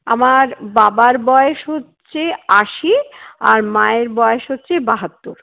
আমার বাবার বয়স হচ্ছে আশি আর মায়ের বয়স হচ্ছে বাহাত্তর